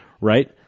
right